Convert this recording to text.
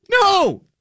No